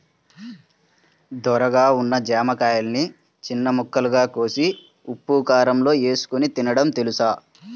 ధోరగా ఉన్న జామకాయని చిన్న ముక్కలుగా కోసి ఉప్పుకారంలో ఏసుకొని తినడం తెలుసా?